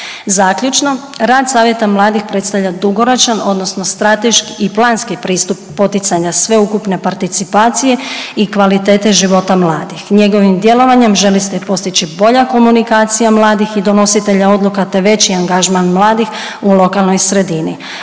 Zaključno. Rad Savjeta mladih predstavlja dugoročan odnosno strateški i planski pristup poticanja sveukupne participacije i kvalitete života mladih. Njegovim djelovanjem želi se postići bolja komunikacija mladih i donositelja odluka, te veći angažman mladih u lokalnoj sredini,